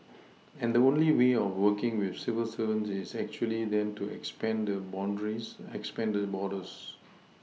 and the only way of working with civil servants is actually then to expand the boundaries expand the borders